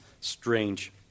strange